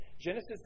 Genesis